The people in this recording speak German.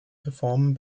reformen